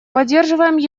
поддерживаем